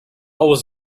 was